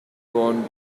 want